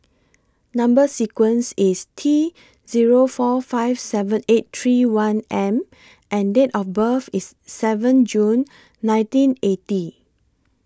Number sequence IS T Zero four five seven eight three one M and Date of birth IS seven June nineteen eighty